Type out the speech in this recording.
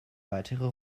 weitere